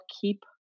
keep